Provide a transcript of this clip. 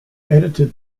edited